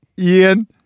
Ian